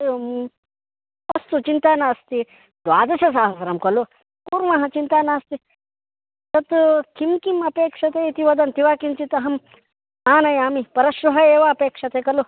एवम् अस्तु चिन्ता नास्ति द्वादशसहस्रं खलु कुर्मः चिन्ता नास्ति तत् किं किम् अपेक्ष्यते इति वदन्ति वा किञ्चित् अहम् आनयामि परश्वः एव अपेक्ष्यते खलु